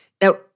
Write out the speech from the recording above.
Now